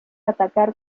atacar